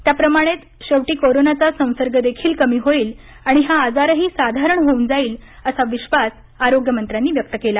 त्याप्रमाणेच शेवटी कोरोनाचा संसर्ग देखील कमी होईल आणि हा आजारही साधारण होऊन जाईल असा विश्वास आरोग्य मंत्र्यांनी व्यक्त केला